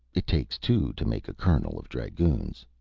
it takes two to make a colonel of dragoons.